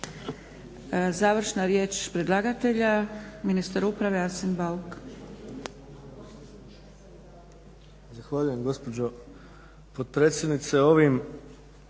Završna riječ predlagatelja, ministar uprave Arsen Bauk.